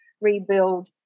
rebuild